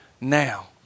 now